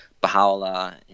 Baha'u'llah